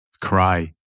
cry